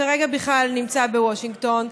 שכרגע בכלל נמצא בוושינגטון,